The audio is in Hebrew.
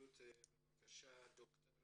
בבקשה ד"ר